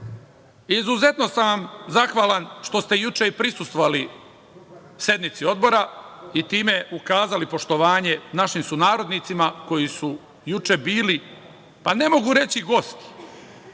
Srbiji. Izuzetno sam vam zahvalan što ste juče i prisustvovali sednici Odbora i time ukazali poštovanje našim sunarodnicima koji su juče bili, pa ne mogu reći gosti,